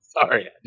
Sorry